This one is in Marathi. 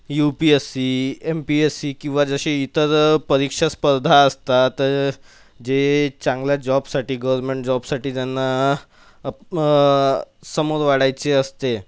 you P S C M P S C किंवा जसे इतर परीक्षा स्पर्धा असतात तर जे चांगल्या जॉबसाठी गवर्नमेंट जॉबसाठी त्यांना समोर वाढायचे असते